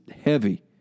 heavy